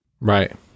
Right